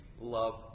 love